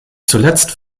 zuletzt